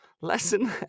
lesson